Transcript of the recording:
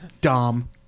Dom